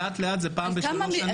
לאט לאט זה פעם בשלוש שנים.